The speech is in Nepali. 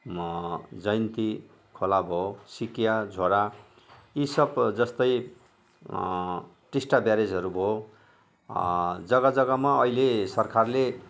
जयन्ती खोला भयो सिकिया झोडा यी सब जस्तै टिस्टा ब्यारेजहरू भयो जग्गा जग्गामा अहिले सरकारले